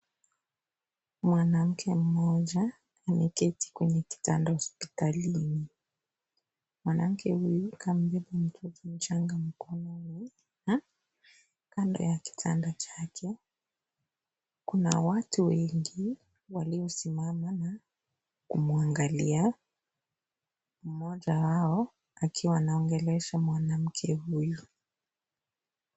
Mwanamke mmoja ameketi kwenye kitanda hospitalini. Mwanamke huyu ameshika mtoto mchanga na kando ya kitanda chake, kuna watu wengi waliosimama na kumwangalia. Mmoja hao akiwa anaongelesha mwanamke huyu.